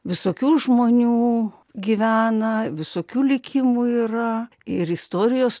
visokių žmonių gyvena visokių likimų yra ir istorijos